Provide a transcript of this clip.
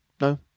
No